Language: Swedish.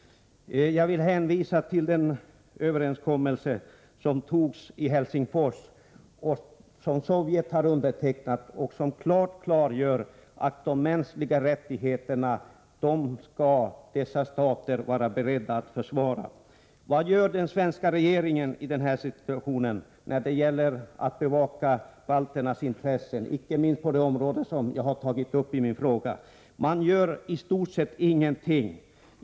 Jag vill hänvisa till den överenskommelse som träffades i Helsingfors. Denna har undertecknats även av Sovjet och säger klart att de undertecknade staterna skall vara beredda att försvara de mänskliga rättigheterna. Vad gör den svenska regeringen i denna situation när det gäller att bevaka balternas intressen, inte minst på de områden som jag har tagit upp i min fråga? Man gör i stort sett ingenting.